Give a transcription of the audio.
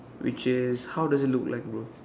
which is how does it look like bro